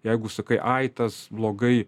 jeigu sakai ai tas blogai